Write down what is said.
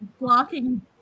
blocking